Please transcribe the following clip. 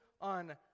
on